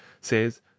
says